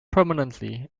permanently